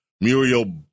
Muriel